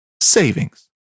savings